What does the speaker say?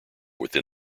within